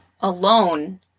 alone